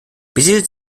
besiedelt